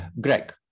Greg